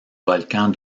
volcans